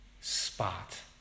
spot